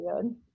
good